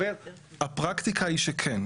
הפרקטיקה היא שכן.